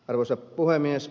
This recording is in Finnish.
arvoisa puhemies